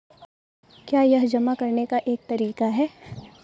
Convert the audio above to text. क्या यह जमा करने का एक तरीका है?